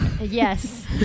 Yes